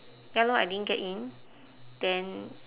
ya lor I didn't get in then